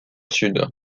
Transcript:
sud